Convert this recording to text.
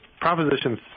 proposition